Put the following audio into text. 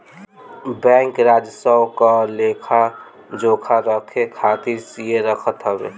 bank राजस्व क लेखा जोखा रखे खातिर सीए रखत हवे